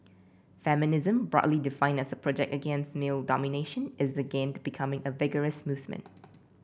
feminism broadly defined as a project against male domination is again becoming a vigorous movement